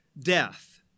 death